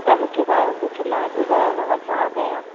त मूंखे तव्हांजो कुझु इलाजु ॿुधायो न मां छा कयां